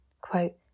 quote